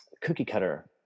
cookie-cutter